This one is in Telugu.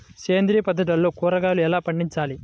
సేంద్రియ పద్ధతిలో కూరగాయలు ఎలా పండించాలి?